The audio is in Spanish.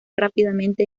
rápidamente